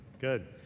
Good